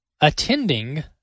attending